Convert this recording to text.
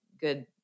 good